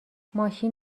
ماشین